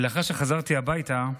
לאחר שחזרתי הביתה,